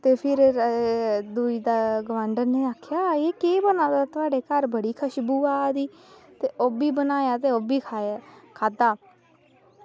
ते फिर दूई गोआंढन ऐ ते आक्खन लग्गी केह् बना दा थुहाड़े घर बड़ी खुश्बू आवा दी ते ओह्बी बनाया ते ओह्बी खाया खाद्धा